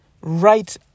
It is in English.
right